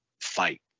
fight